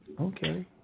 Okay